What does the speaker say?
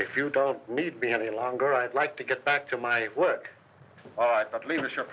if you don't need me any longer i'd like to get back to my work of leadership